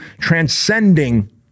transcending